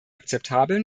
akzeptabel